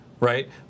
Right